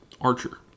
Archer